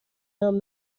راهم